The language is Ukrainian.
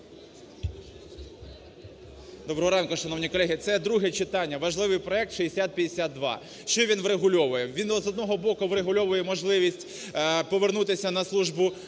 Доброго ранку, шановні колеги! Це друге читання, важливий проект – 6052. Що він врегульовує? Він, з одного боку, врегульовує можливість повернутися на службу